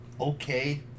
okay